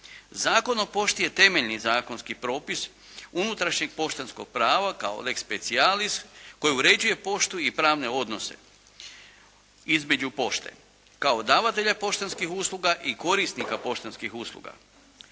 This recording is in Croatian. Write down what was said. Zakon o pošti je temeljni zakonski propis unutrašnjeg poštanskog prava kao lex specialis koji uređuje poštu i pravne odnose između pošte, kao davatelja poštanskih usluga i korisnika poštanskih usluga.